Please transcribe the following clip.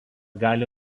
gali